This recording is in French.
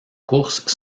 course